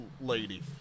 lady